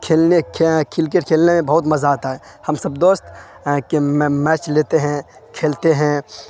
کھیلنے کرکیٹ کھیلنے میں بہت مزہ آتا ہے ہم سب دوست میچ لیتے ہیں کھیلتے ہیں